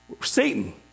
Satan